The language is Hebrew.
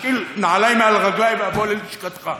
אשיל נעלי מעל רגלי ואבוא ללשכתך.